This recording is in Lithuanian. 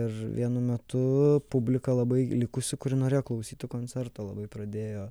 ir vienu metu publika labai likusi kuri norėjo klausyt to koncerto labai pradėjo